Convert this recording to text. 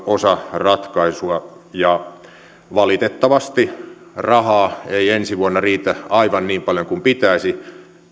osa ratkaisua valitettavasti rahaa ei ensi vuonna riitä aivan niin paljon kuin pitäisi